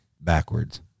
backwards